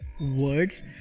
words